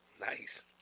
Nice